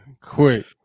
Quick